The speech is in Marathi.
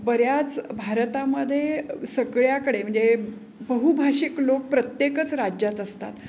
बऱ्याच भारतामध्ये सगळीकडे म्हणजे बहुभाषिक लोक प्रत्येकच राज्यात असतात